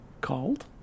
Called